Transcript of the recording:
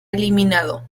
eliminado